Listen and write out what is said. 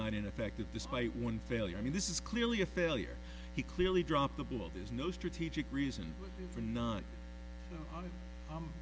not in effect to despite one failure i mean this is clearly a failure he clearly dropped the ball there's no strategic reason for not